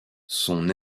son